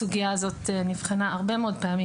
הסוגיה הזאת נבחנה הרבה מאוד פעמים.